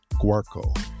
Guarco